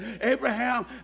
Abraham